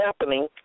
happening